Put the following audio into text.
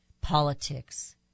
politics